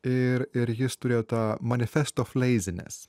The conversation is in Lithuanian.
ir ir jis turėjo tą manifest of leizines